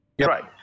Right